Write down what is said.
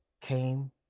came